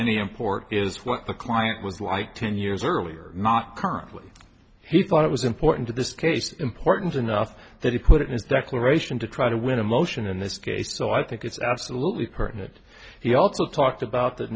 any import is what the client was like ten years earlier not currently he thought it was important to this case important enough that he put it in sequestration to try to win a motion in this case so i think it's absolutely pertinent he also talked about that